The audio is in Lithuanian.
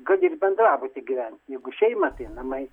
kad ir bendrabuty gyvent jeigu šeima tai namai